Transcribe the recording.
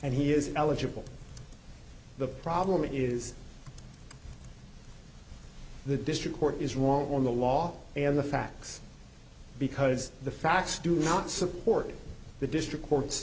and he is eligible the problem is the district court is won't want the law and the facts because the facts do not support the district court